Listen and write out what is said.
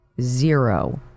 zero